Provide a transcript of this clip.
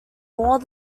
more